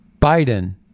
Biden